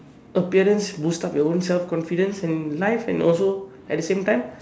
appearance boost up your own self confidence and life and also at the same time